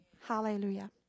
Hallelujah